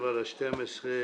בוקר טוב לכולם, 27 בדצמבר 2018,